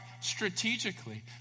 strategically